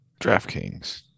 DraftKings